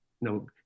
no